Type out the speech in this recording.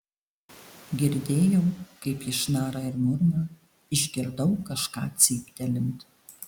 girdėjau kaip ji šnara ir murma išgirdau kažką cyptelint